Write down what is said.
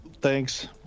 thanks